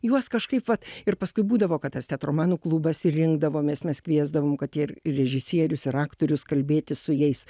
juos kažkaip vat ir paskui būdavo kad tas teatromanų klubas ir rinkdavomės mes kviesdavom kad ir režisierius ir aktorius kalbėtis su jais